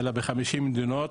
אלא בחמישים מדינות.